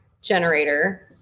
generator